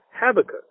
Habakkuk